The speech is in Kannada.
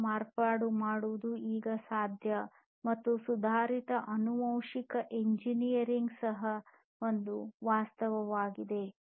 ಕೋಶ ಮಾರ್ಪಾಡು ಈಗ ಸಾಧ್ಯ ಮತ್ತು ಸುಧಾರಿತ ಆನುವಂಶಿಕ ಎಂಜಿನಿಯರಿಂಗ್ ಸಹ ಒಂದು ವಾಸ್ತವವಾಗಿದೆ